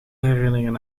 herinneringen